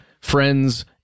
friends